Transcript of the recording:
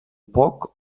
poc